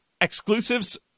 exclusives